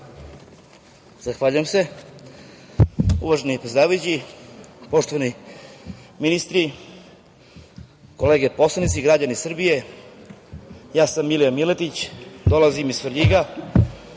Zahvaljujem se. Uvaženi predsedavajući, poštovani ministri, kolege poslanici, građani Srbije, ja sam Milija Miletić dolazim iz Svrljiga.